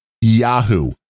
yahoo